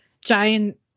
Giant